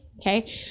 Okay